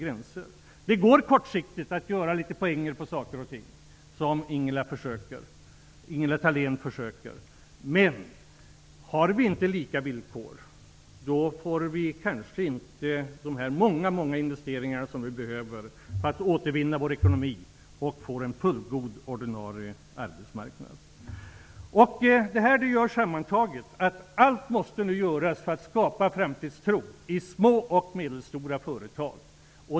Det går att kortsiktigt ta poänger på saker och ting, som Ingela Thalén försöker göra, men om vi inte har lika villkor som andra länder får vi kanske inte de många investeringar som vi behöver för att återvinna vår ekonomi och skapa en fullgod ordinarie arbetsmarknad. Det här betyder sammantaget att allt nu måste göras för att skapa framtidstro i små och medelstora företag.